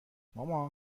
مامان